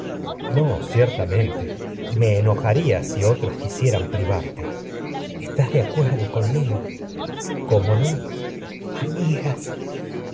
no ciertamente y me enojaría si otros quisieran privarte electra estás de acuerdo conmigo orestes electra cómo no amigas